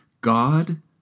God